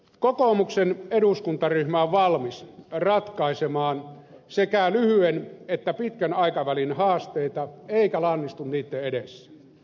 kokoomuksen eduskuntaryhmä on valmis ratkaisemaan sekä lyhyen että pitkän aikavälin haasteita eikä lannistu niitten edessä